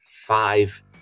five